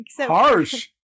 Harsh